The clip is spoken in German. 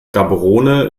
gaborone